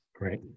right